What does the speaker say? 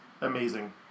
amazing